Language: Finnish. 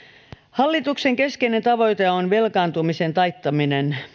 hallituksen keskeinen tavoite on velkaantumisen taittaminen